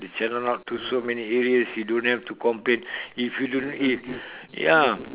they channel out to so many areas you don't have to complain if you don't if ya